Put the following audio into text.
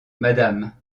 madame